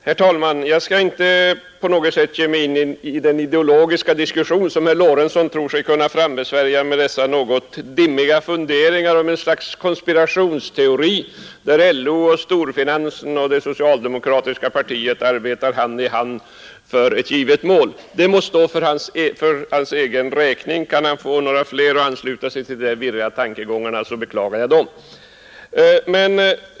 Herr talman! Jag skall inte ge mig in på den ideologiska diskussion som herr Lorentzon tror sig kunna frambesvärja med sina något dimmiga funderingar om ett slags konspiration, där LO och det socialdemokratiska partiet arbetar hand i hand med storfinansen för ett givet mål. Det må stå för hans egen räkning. Kan han få några andra att ansluta sig till de virriga tankegångarna, så beklagar jag dessa personer.